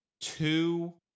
Two